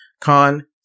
con